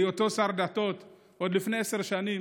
בהיותו שר הדתות, עוד לפני עשר שנים,